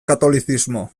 katolizismo